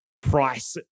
price